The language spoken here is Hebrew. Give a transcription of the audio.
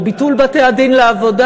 או ביטול בתי-הדין לעבודה.